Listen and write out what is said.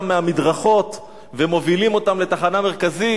מהמדרכות ומובילים אותם לתחנה המרכזית,